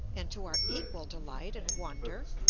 and, to our equal delight and wonder,